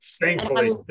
Thankfully